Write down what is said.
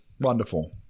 Wonderful